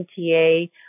MTA